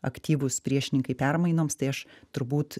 aktyvūs priešininkai permainoms tai aš turbūt